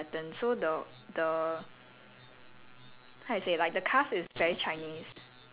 err he looks tibetan like his whole concept is quite tibetan so the the